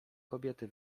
kobiety